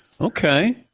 okay